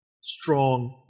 strong